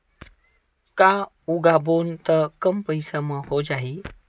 का उगाबोन त कम पईसा म हो जाही?